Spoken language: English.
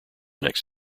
next